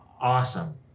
awesome